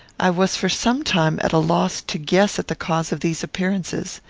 i was for some time at a loss to guess at the cause of these appearances.